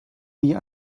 wie